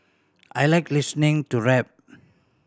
I like listening to rap